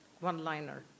one-liner